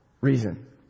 reason